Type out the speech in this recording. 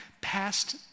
past